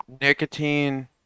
nicotine